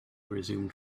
resumed